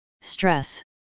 stress